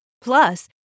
Plus